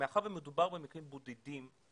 מאחר ומדובר במקרים בודדים,